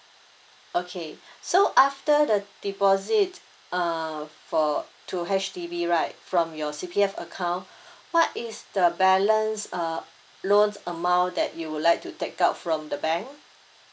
okay so after the deposit uh for to H_D_B right from your C_P_F account what is the balance uh loan amount that you would like to take out from the bank